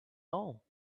all